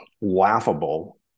laughable